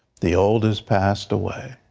the oldest passed away.